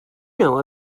know